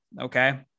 Okay